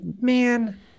man